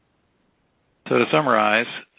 to summarize,